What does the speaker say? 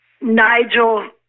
Nigel